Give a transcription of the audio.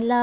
எல்லா